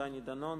דני דנון,